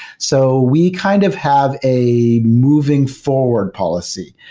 so we kind of have a moving forward policy,